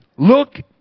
Look